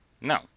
No